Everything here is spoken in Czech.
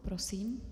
Prosím.